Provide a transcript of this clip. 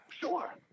Sure